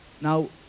Now